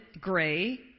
gray